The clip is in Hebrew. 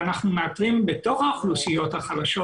ואנחנו מאתרים בתוך האוכלוסיות החלשות,